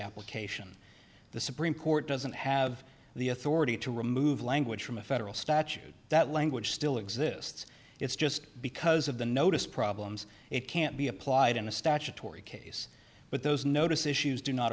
application the supreme court doesn't have the authority to remove language from a federal statute that language still exists it's just because of the notice problems it can't be applied in a statutory case but those notice issues do not